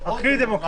מי נגד?